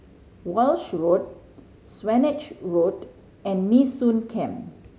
Walshe Road Swanage Road and Nee Soon Camp